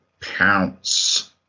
pounce